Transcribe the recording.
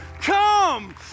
Come